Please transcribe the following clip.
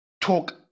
talk